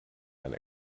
and